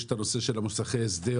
יש גם את הנושא של מוסכי ההסדר,